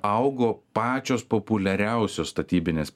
augo pačios populiariausios statybinės